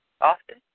often